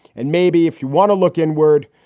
and maybe if you want to look in word,